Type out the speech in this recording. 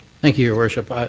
thank you, your worship.